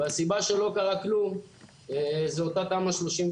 והסיבה שלא קרה כלום זה אותה תמ"א 38,